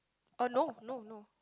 oh no no no